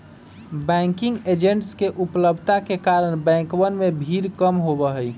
banking agents के उपलब्धता के कारण बैंकवन में भीड़ कम होबा हई